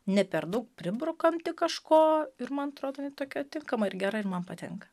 ne per daug pribrukamti kažko ir man atrodo ji tokia tinkama ir gera ir man patinka